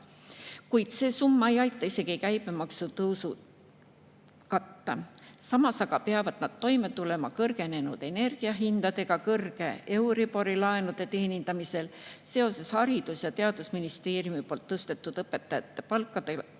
kuid see summa ei aita isegi käibemaksu tõusu katta. Samas aga peavad nad toime tulema kõrgenenud energiahindadega ja kõrge euriboriga laenude teenindamisel. Seoses Haridus- ja Teadusministeeriumi poolt tõstetud õpetajate palkadega